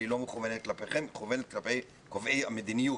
לא מכוונת כלפיכם אלא מכוונת כלפי קובעי המדיניות.